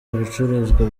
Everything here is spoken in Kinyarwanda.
ibicuruzwa